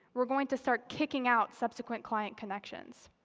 we're going to start kicking out subsequent client connections.